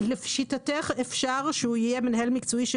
לשיטתך אפשר שהוא יהיה מנהל מקצועי של